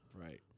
Right